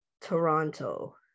Toronto